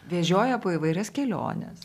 vežioja po įvairias keliones